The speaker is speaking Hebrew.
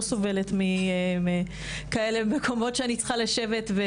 לא סובלת מכאלה מקומות שאני צריכה לשבת.